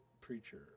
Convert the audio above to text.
preacher